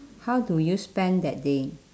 how do you spend that day